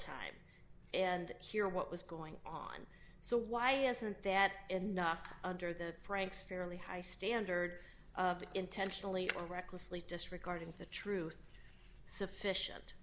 time and hear what was going on so why isn't that enough under the franks fairly high standard of intentionally recklessly disregarding the truth sufficient